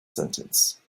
sentence